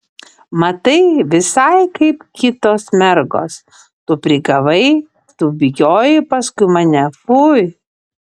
matai visai kaip kitos mergos tu prigavai tu bėgiojai paskui mane pfui